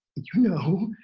you know,